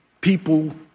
people